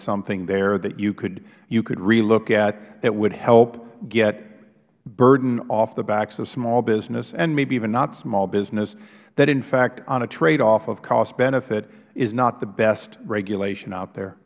something there that you could re look at that would help get burden off the backs of small business and maybe even not small business that in fact on a tradeoff of cost benefit is not the best regulation out there